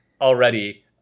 already